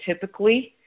typically